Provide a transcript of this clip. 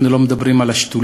אנחנו לא מדברים על השתולים,